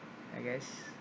I guess